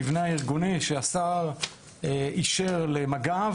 כי ב-12:00 יש דיון על קו התפר שכבר התחיל בלעדיי,